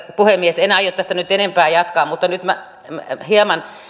puhemies en aio tästä nyt enempää jatkaa mutta nyt hieman